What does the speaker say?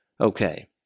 Okay